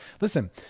Listen